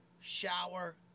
shower